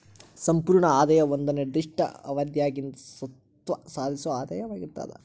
ಸಂಪೂರ್ಣ ಆದಾಯ ಒಂದ ನಿರ್ದಿಷ್ಟ ಅವಧ್ಯಾಗಿಂದ್ ಸ್ವತ್ತ ಸಾಧಿಸೊ ಆದಾಯವಾಗಿರ್ತದ